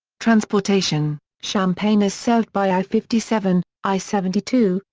transportation champaign is served by i fifty seven, i seventy two,